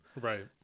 Right